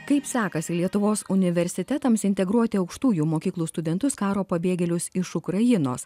kaip sekasi lietuvos universitetams integruoti aukštųjų mokyklų studentus karo pabėgėlius iš ukrainos